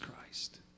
Christ